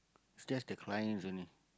just the clients only